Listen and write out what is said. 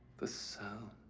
the sound